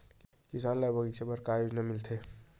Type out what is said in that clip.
किसान ल बगीचा बर का योजना मिलथे?